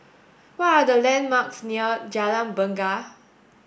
what are the landmarks near Jalan Bungar